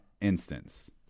instance